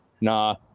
Nah